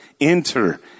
enter